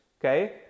okay